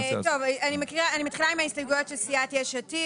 אני מתחילה עם ההסתייגויות של סיעת יש עתיד.